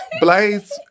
blaze